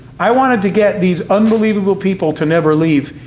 i wanted to get these unbelievable people to never leave.